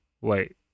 wait